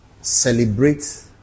celebrate